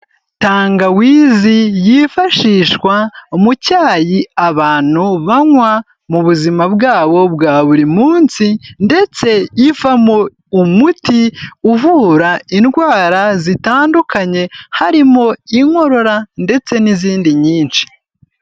Tangawizi yifashishwa mu cyayi abantu banywa mu buzima bwabo bwa buri munsi ndetse ivamo umuti uvura indwara zitandukanye harimo inkorora ndetse n'izindi nyinshi.